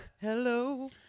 hello